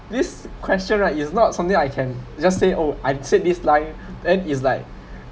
this question right is not something I can just say oh I'd say this line then is like